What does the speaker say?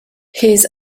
his